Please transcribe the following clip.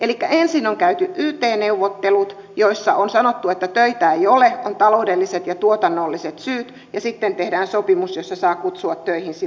elikkä ensin on käyty yt neuvottelut joissa on sanottu että töitä ei ole on taloudelliset ja tuotannolliset syyt ja sitten tehdään sopimus jossa saa kutsua töihin silloin kun huvittaa